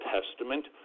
Testament